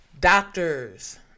Doctors